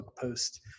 post